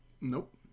Nope